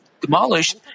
demolished